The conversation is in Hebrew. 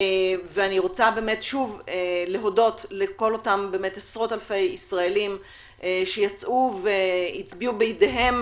אני רוצה להודות שוב לכל אותם עשרות אלפי ישראלים שיצאו והצביעו בידיהם